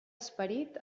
esperit